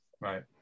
Right